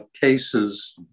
cases